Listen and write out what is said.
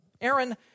Aaron